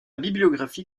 bibliographie